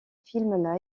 film